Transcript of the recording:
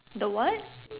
the what